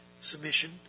Submission